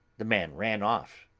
the man ran off,